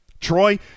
Troy